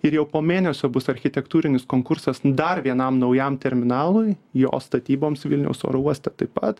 ir jau po mėnesio bus architektūrinis konkursas dar vienam naujam terminalui jo statyboms vilniaus oro uoste taip pat